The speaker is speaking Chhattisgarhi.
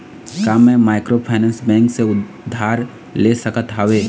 का मैं माइक्रोफाइनेंस बैंक से उधार ले सकत हावे?